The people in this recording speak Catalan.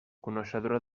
coneixedora